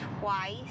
twice